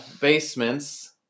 basements